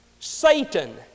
Satan